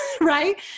right